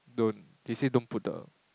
don't they say don't put the